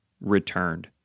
returned